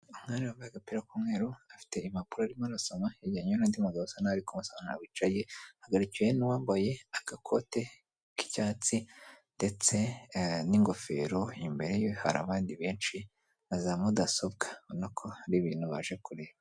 Umwana wambaye agapira k'umweru, afite impapuro arimo arasoma, yegeranye n'undi magabo usa n'aho ari kumusobanurira, wicaye ahagarikiwe n'uwambaye agakote k'icyatsi ndetse n'ingofero, imbere ye hari abandi benshi, na za mudasobwa, ubona ko hari ibintu baje kureba.